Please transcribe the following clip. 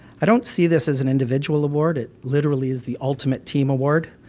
i don't see this as an individual award, it literally is the ultimate team award.